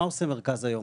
מה עושה מרכז היום?